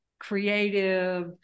creative